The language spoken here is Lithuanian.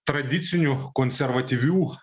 tradicinių konservatyvių